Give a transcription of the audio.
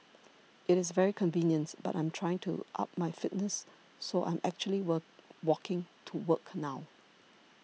it is very convenient but I'm trying to up my fitness so I'm actually walk walking to work now